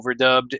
overdubbed